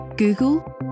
Google